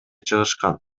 чыгышкан